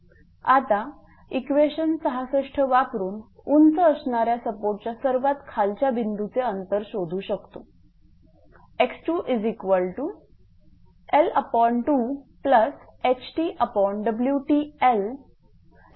आता इक्वेशन 66 वापरून उंच असणाऱ्या सपोर्टच्या सर्वात खालच्या बिंदूचे अंतर शोधू शकतो x2L2hTWTL300212×36322